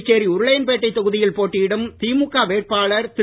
புதுச்சேரி உருளையான்பேட்டை தொகுதியில் போட்டியிடும் திமுக வேட்பாளர் திரு